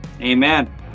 Amen